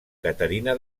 caterina